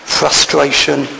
frustration